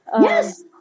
Yes